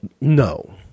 no